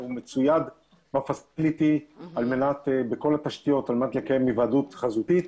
מצוידים בכל התשתיות על מנת לקיים היוועדות חזותית.